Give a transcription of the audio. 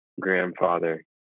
grandfather